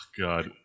God